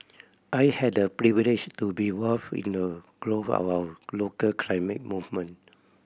I had the privilege to be involved in the growth of our local climate movement